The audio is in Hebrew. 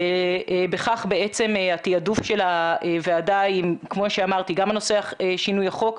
בכך בעצם התיעדוף של הוועדה כמו שאמרתי גם נושא שינוי החוק,